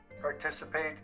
participate